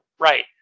Right